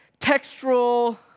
textural